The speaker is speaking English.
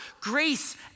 grace